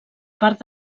part